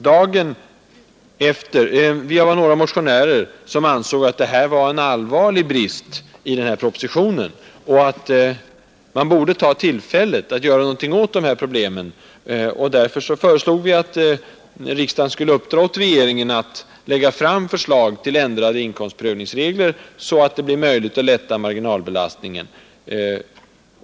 Vi var några motionärer som ansåg att detta var en allvarlig brist i propositionen och att man borde utnyttja tillfället att göra någonting åt dessa problem. Därför föreslog vi att riksdagen skulle uppdra åt regeringen att lägga fram förslag till ändrade inkomstprövningsregler, så att det blir möjligt att lätta marginalbelastningen.